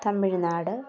Tamil Nadu